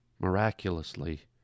miraculously